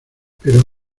pero